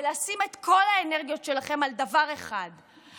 לשים את כל האנרגיות שלכם על דבר אחד,